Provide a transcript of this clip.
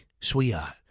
sweetheart